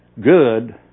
good